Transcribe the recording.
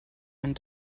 and